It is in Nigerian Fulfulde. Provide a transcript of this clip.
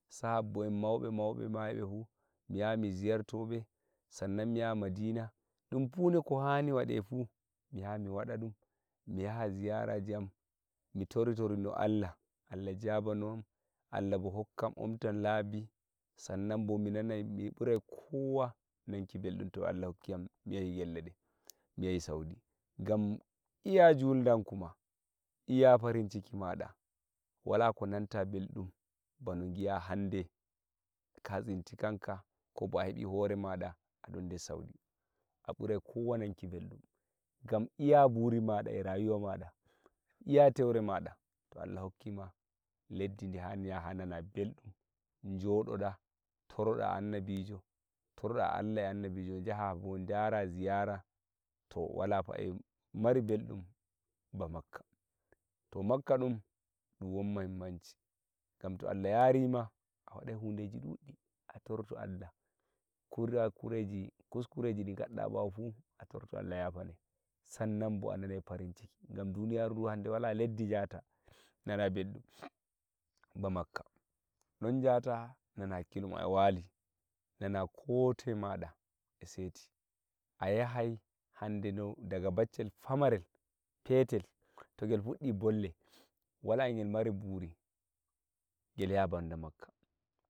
sahobo en mauɓe mauɓe mayiɓe fuu mi yaha mi ziyarto ɓe san nan mi yaha madina ɗum fuu ni ko hani waɗe fuu mi yaha mi waɗa dum mi yaha ziyara am mi tori torino Allah Allah jabanoyam Allah bo hokkan onta labi san nan bo mi nanai mi bural kowa nanki mbeldum to Allah hokkiyam mi yahi ngelle de mi yahi saudi ngam iya juldanku ma iya farinciki maɗa wala ko nanta beldum bano giya hande a tawi horema ko bo a hebi hore maɗa a ɗon der saudi a ɓural kowa nan ki beldum ngam iya buri maɗa e rayuwa maɗa iya tefre maɗa to Allah hokkima leddidi hani jaha nana belɗum njoɗoɗa taroɗa annabijo toroɗa Allah e annabijo jaha bo jara ziyara to wala fa e mari belɗum ba makka to makka ɗum ɗum won muhimmanci ngam to Allah yari ma a waɗai hudeji ɗuɗɗi a toroto Allah kurakureji kuskureji ɗi ngadɗa bawo fuu a toroɗa Allah yafane sa nan bo a nanai farinciki ngam duniyaru du hanɗe wala leddi njata nana belɗum ba makka don njata nana hakkiloma e wali nana koto maɗa e seti a yahai hunde do diga baccel pamarel petel to gel fudɗi bolle wala e gel mari buri gel yaha banda makka